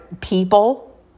people